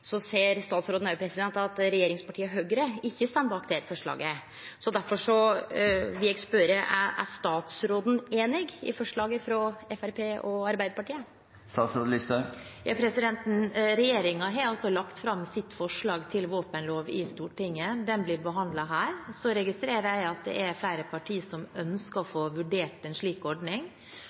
Så seier statsråden at regjeringspartiet Høgre ikkje står bak dette forslaget. Difor vil eg spørje: Er statsråden einig i forslaget frå Framstegspartiet og Arbeidarpartiet? Regjeringen har lagt fram sitt forslag til våpenlov i Stortinget. Det blir behandlet her. Så registrerer jeg at det er flere partier som ønsker å få vurdert en slik ordning.